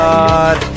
God